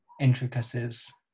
intricacies